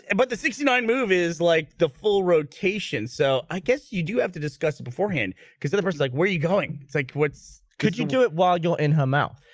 and but the sixty nine move is like the full rotation so i guess you do have to discuss it beforehand because the the first like were you going it's like what? could you do it while you're in her mouth?